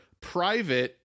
private